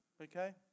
Okay